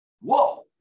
Whoa